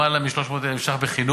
למעלה מ-300,000 מיליון ש"ח בחינוך,